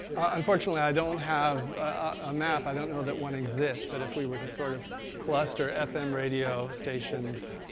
unfortunately i don't have a map. i don't know that one exists, but if we were to sort of cluster fm radio stations,